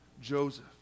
Joseph